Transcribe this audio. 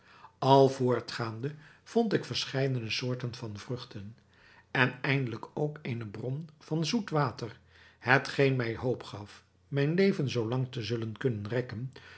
al voortgaande vond ik verscheidene soorten van vruchten en eindelijk ook eene bron van zoet water hetgeen mij hoop gaf mijn leven zoo lang te zullen kunnen rekken